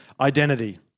identity